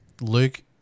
Luke